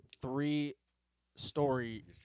three-story